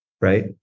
right